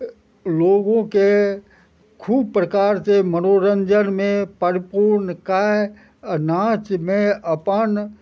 लोगोके खूब प्रकारसँ मनोरञ्जनमे परपूर्ण कए नाचमे अपन